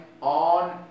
on